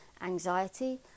anxiety